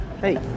Hey